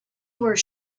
were